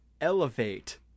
elevate